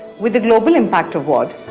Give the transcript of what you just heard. with the global impact award,